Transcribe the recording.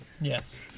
Yes